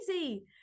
easy